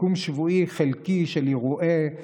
סיכום שבועי חלקי של אירועי זלד"א.